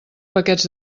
paquets